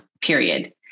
period